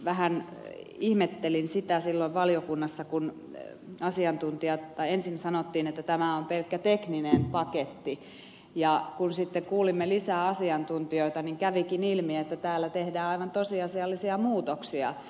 vähän ihmettelin sitä silloin valiokunnassa kun ensin sanottiin että tämä on pelkkä tekninen paketti ja kun sitten kuulimme lisää asiantuntijoita niin kävikin ilmi että täällä tehdään aivan tosiasiallisia muutoksia